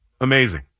Amazing